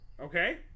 Okay